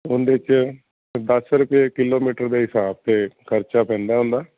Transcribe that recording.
ਉਹਦੇ ਚ ਦਸ ਰੁਪਏ ਕਿਲੋਮੀਟਰ ਦੇ ਹਿਸਾਬ ਤੇ ਖਰਚਾ ਪੈਂਦਾ ਹੁੰਦਾ